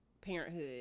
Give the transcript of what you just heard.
parenthood